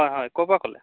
হয় হয় ক'ৰ পৰা ক'লে